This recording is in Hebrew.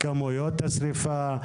כמויות השריפה,